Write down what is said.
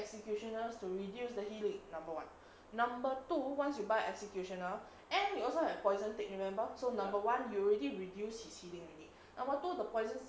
executioner to reduce the healing number one number two once you buy executioner and you also have poison take you remember so number one you already reduced his healing unit number two the poison